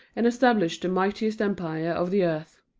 and established the mightiest empire of the earth.